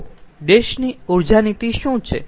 તો દેશની ઊર્જા નીતિ શું છે